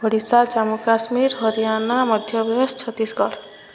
Odisha Jammu Kashmir Haryana Madhya Pradesh Chhattisgarh